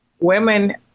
women